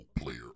player